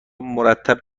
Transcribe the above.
مرتب